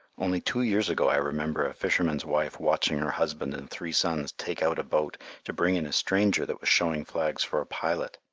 only two years ago i remember a fisherman's wife watching her husband and three sons take out a boat to bring in a stranger that was showing flags for a pilot.